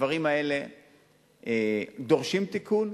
הדברים האלה דורשים תיקון.